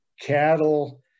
cattle